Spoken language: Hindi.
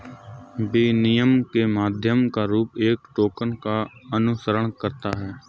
विनिमय के माध्यम का रूप एक टोकन का अनुसरण करता है